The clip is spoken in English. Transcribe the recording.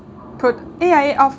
prod~ A_I_A of